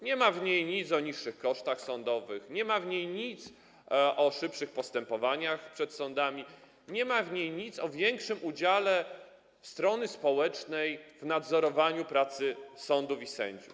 Nie ma w niej nic o niższych kosztach sądowych, nie ma w niej nic o szybszych postępowaniach przed sądami, nie ma w niej nic o większym udziale strony społecznej w nadzorowaniu pracy sądów i sędziów.